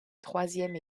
troisième